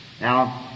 Now